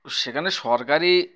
তো সেখানে সরকারি